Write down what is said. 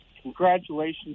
congratulations